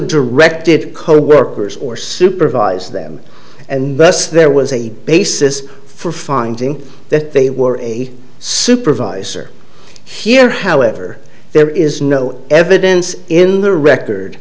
directed coworkers or supervise them and thus there was a basis for finding that they were a supervisor here however there is no evidence in the record